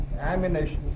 Ammunition